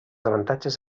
avantatges